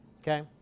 okay